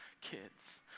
kids